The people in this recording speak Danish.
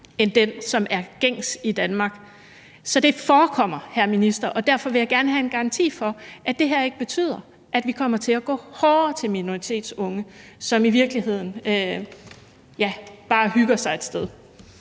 end den, som er gængs i Danmark. Så det forekommer, hr. minister, og derfor vil jeg gerne have en garanti for, at det her ikke betyder, at vi kommer til at gå hårdere til minoritetsunge, som i virkeligheden, ja, bare hygger sig et sted.